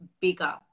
bigger